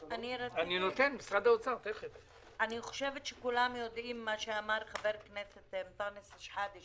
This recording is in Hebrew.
אני חושבת שכולם יודעים את מה שאמר חבר הכנסת אנטאנס שחאדה,